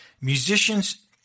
musicians